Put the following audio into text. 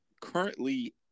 Currently